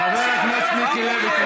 חבר הכנסת מיקי לוי,